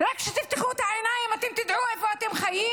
רק כשתפקחו את העיניים אתם תדעו איפה אתם חיים,